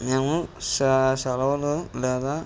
మేము సెలవులు లేదా